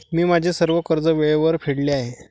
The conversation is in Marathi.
मी माझे सर्व कर्ज वेळेवर फेडले आहे